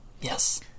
Yes